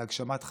זה הגשמת חלום,